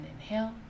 inhale